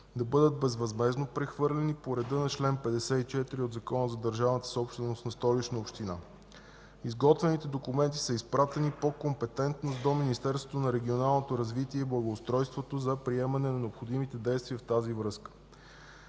да бъдат безвъзмездно прехвърлени по реда на чл. 54 от Закона за държавната собственост на Столична община. Изготвените документи са изпратени по компетентност до Министерството на регионалното развитие и благоустройството за приемане на необходимите действия в тази връзка.